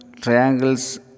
triangles